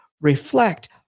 reflect